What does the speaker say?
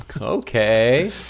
Okay